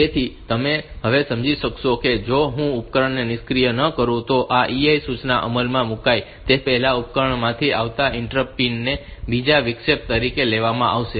તેથી તમે હવે સમજી શકો છો કે જો હું તે ઉપકરણને નિષ્ક્રિય ન કરું તો આ EI સૂચના અમલમાં મૂકાય તે પહેલાં ઉપકરણમાંથી આવતા ઇન્ટરપ્ટ પિન ને બીજા વિક્ષેપ તરીકે લેવામાં આવશે